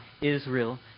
Israel